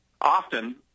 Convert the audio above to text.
often